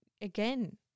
again